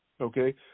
okay